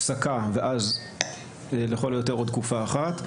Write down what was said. הפסקה ואז לכל היותר עוד תקופה אחת.